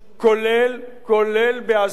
יש התפתחות, כולל בהסדרת תוכניות